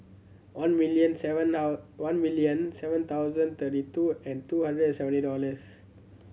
one million seven one million seven thousand thirty two and two hundred seventy dollars